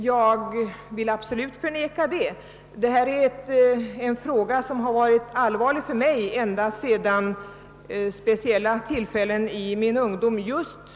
Jag vill absolut förneka det. Detta är en fråga som varit allvarlig för mig ända sedan speciella tillfällen i min ungdom.